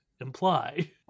imply